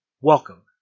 Welcome